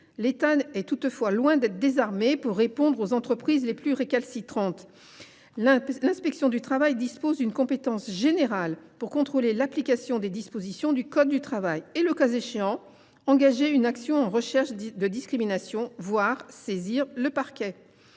l’État est toutefois loin d’être désarmé quand il s’agit de répondre aux entreprises les plus récalcitrantes. L’inspection du travail dispose d’une compétence générale pour contrôler l’application des dispositions du code du travail et, le cas échéant, engager une action en recherche des discriminations, voire saisir le parquet.